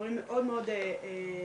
דברים מאוד מאוד מתסכלים.